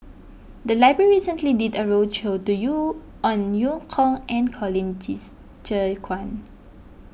the library recently did a roadshow do you on Eu Kong and Colin Zhe Quan